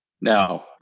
No